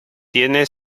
tiene